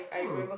mm